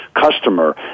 customer